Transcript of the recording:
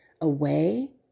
away